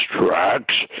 tracks